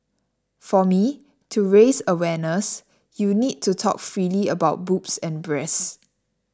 for me to raise awareness you need to talk freely about boobs and breasts